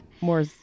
more